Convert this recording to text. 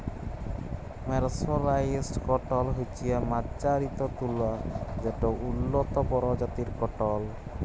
mercerised cotton হছে মাজ্জারিত তুলা যেট উল্লত পরজাতির কটল